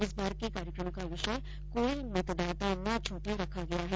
इस बार के कार्यक्रम का विषय कोई मतदाता ना छूटे रखा गया है